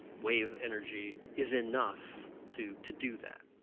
wave energy is enough to to do that.